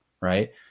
right